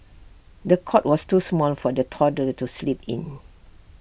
the cot was too small for the toddler to sleep in